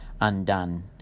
undone